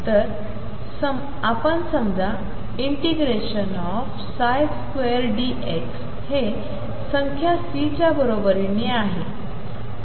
तर आपण समजा n2dx हे संख्या C च्या बरोबरीने आहे